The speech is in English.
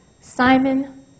simon